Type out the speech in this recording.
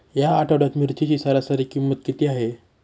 या आठवड्यात मिरचीची सरासरी किंमत किती आहे?